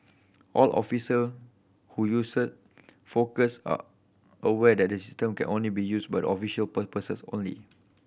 all officer who use Focus are aware that the system can only be used official purposes only